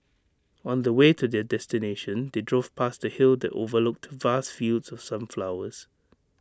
on the way to their destination they drove past A hill that overlooked vast fields of sunflowers